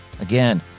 Again